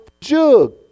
jug